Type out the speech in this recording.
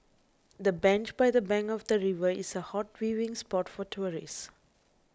the bench by the bank of the river is a hot viewing spot for tourists